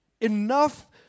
enough